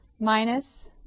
minus